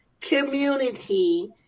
community